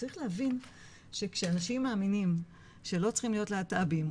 צריך להבין שכשאנשים מאמינים שלא צריכים להיות להט"בים,